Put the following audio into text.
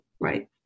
right